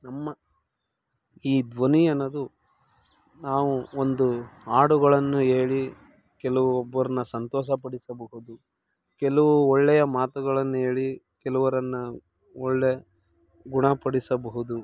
ನಮ್ಮ ಈ ಧ್ವನಿ ಅನ್ನೋದು ನಾವು ಒಂದು ಹಾಡುಗಳನ್ನು ಹೇಳಿ ಕೆಲವು ಒಬ್ಬರನ್ನ ಸಂತೋಷಪಡಿಸಬಹುದು ಕೆಲವು ಒಳ್ಳೆಯ ಮಾತುಗಳನ್ನು ಹೇಳಿ ಕೆಲವರನ್ನು ಒಳ್ಳೆಯ ಗುಣಪಡಿಸಬಹುದು